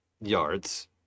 Yards